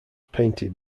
painted